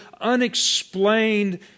unexplained